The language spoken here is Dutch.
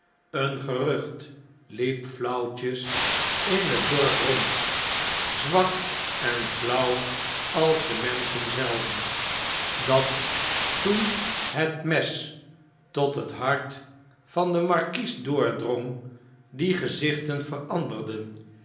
een gerucht liep flauwtjes in het dorp rond zwak en flauw als de menschen zelve dat toen het mes tot het hart van den markies doordrong die gezichten